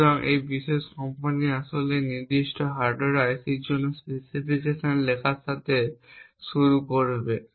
সুতরাং এই বিশেষ কোম্পানী আসলে সেই নির্দিষ্ট হার্ডওয়্যার আইসি জন্য স্পেসিফিকেশন লেখার সাথে শুরু করবে